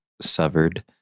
severed